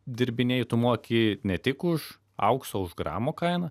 dirbiniai tu moki ne tik už aukso už gramo kainą